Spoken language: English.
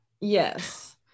yes